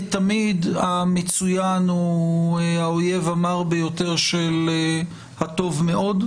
כתמיד המצוין הוא האויב המר ביותר של הטוב מאוד,